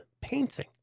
painting